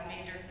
major